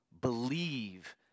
believe